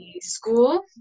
school